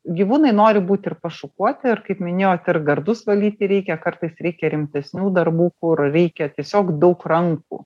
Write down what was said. gyvūnai nori būti ir pašukuoti ir kaip minėjot ir gardus valyti reikia kartais reikia rimtesnių darbų kur reikia tiesiog daug rankų